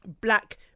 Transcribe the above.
black